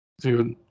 Dude